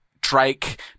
Drake